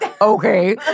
Okay